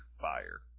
fire